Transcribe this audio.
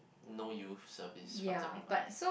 no youth service once every month